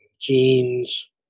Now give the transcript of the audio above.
jeans